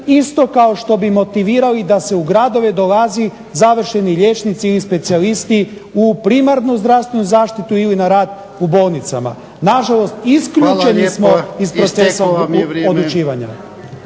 isto kao što bi motivirali da se u gradove dolazi završeni liječnici i specijalisti u primarnu zdravstvenu zaštitu ili na rad u bolnicama. Nažalost, isključeni smo iz procesa odlučivanja.